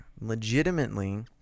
Legitimately